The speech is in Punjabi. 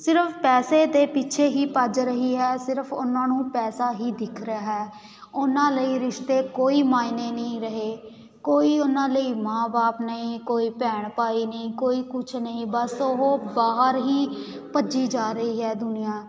ਸਿਰਫ਼ ਪੈਸੇ ਦੇ ਪਿੱਛੇ ਹੀ ਭੱਜ ਰਹੀ ਹੈ ਸਿਰਫ਼ ਉਹਨਾਂ ਨੂੰ ਪੈਸਾ ਹੀ ਦਿਖ ਰਿਹਾ ਹੈ ਉਹਨਾਂ ਲਈ ਰਿਸ਼ਤੇ ਕੋਈ ਮਾਇਨੇ ਨਹੀਂ ਰਹੇ ਕੋਈ ਉਹਨਾਂ ਲਈ ਮਾਂ ਬਾਪ ਨਹੀਂ ਕੋਈ ਭੈਣ ਭਾਈ ਨਹੀਂ ਕੋਈ ਕੁਛ ਨਹੀਂ ਬਸ ਉਹ ਬਾਹਰ ਹੀ ਭੱਜੀ ਜਾ ਰਹੀ ਹੈ ਦੁਨੀਆ